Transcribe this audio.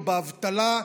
לא באבטלה,